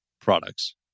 products